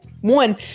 one